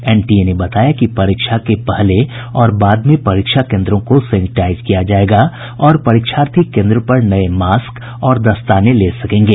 NTA ने बताया कि परीक्षा से पहले और बाद में परीक्षा केन्द्रों को सेनिटाइज किया जायेगा और परीक्षार्थी केन्द्र पर नये मास्क और दस्ताने ले सकेंगे